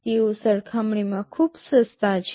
તેઓ સરખામણીમાં ખૂબ સસ્તા છે